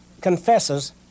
confesses